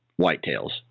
whitetails